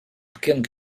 pequeno